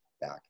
back